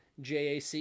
JAC